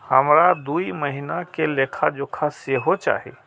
हमरा दूय महीना के लेखा जोखा सेहो चाही